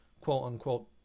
quote-unquote